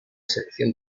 selección